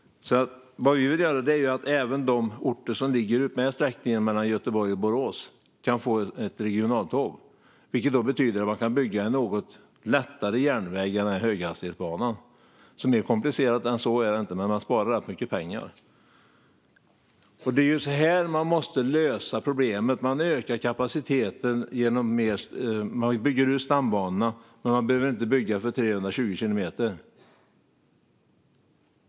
Vi vill att de orter som ligger utmed sträckningen mellan Göteborg och Borås ska få ett regionaltåg. Det betyder att man kan bygga en något lättare järnväg än en höghastighetsbana. Mer komplicerat än så är det inte, men man sparar rätt mycket pengar. Det är så man måste lösa problemet. Man ökar kapaciteten genom att bygga ut stambanorna, men man behöver inte bygga för 320 kilometer i timmen.